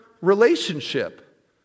relationship